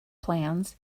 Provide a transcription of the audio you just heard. plans